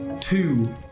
two